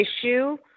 issue